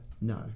No